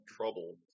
trouble